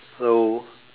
so